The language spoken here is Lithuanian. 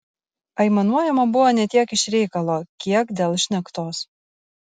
aimanuojama buvo ne tiek iš reikalo kiek dėl šnektos